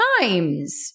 times